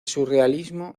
surrealismo